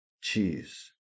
cheese